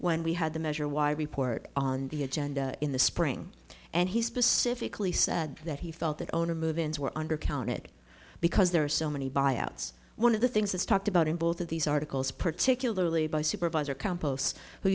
when we had the measure wire report on the agenda in the spring and he specifically said that he felt that owner move ins were under counted because there are so many buyouts one of the things that's talked about in both of these articles particularly by supervisor composts who